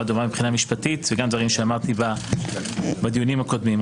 דומה מבחינה משפטית וגם דברים שאמרתי בדיונים הקודמים.